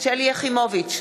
שלי יחימוביץ,